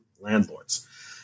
landlords